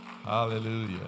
Hallelujah